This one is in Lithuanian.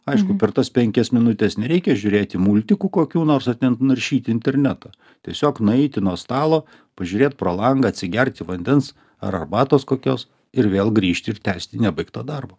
aišku per tas penkias minutes nereikia žiūrėti multikų kokių nors ar ten naršyti internetą tiesiog nueiti nuo stalo pažiūrėt pro langą atsigerti vandens ar arbatos kokios ir vėl grįžti ir tęsti nebaigto darbo